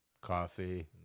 Coffee